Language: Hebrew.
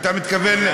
אתה מתכוון,